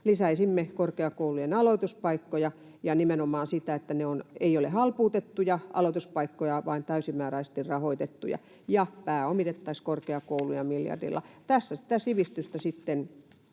Lisäisimme korkeakoulujen aloituspaikkoja, ja nimenomaan niin, että ne eivät ole halpuutettuja aloituspaikkoja vaan täysimääräisesti rahoitettuja, ja pääomitettaisiin korkeakouluja miljardilla. Tässä sitä sivistystä sitten